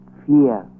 fear